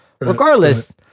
Regardless